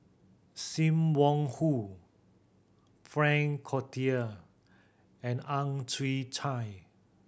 Sim Wong Hoo Frank Cloutier and Ang Chwee Chai